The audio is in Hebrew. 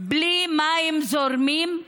בלי מים זורמים?